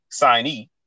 signee